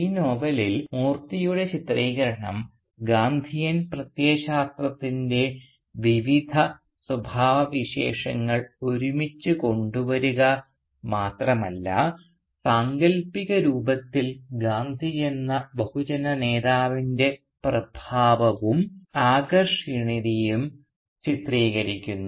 ഈ നോവലിൽ മൂർത്തിയുടെ ചിത്രീകരണം ഗാന്ധിയൻ പ്രത്യയശാസ്ത്രത്തിൻറെ വിവിധ സ്വഭാവവിശേഷങ്ങൾ ഒരുമിച്ച് കൊണ്ടുവരുക മാത്രമല്ല സാങ്കൽപ്പിക രൂപത്തിൽ ഗാന്ധിയെന്ന ബഹുജനനേതാവിൻറെ പ്രഭാവവും ആകർഷണീയതയും ചിത്രീകരിക്കുന്നു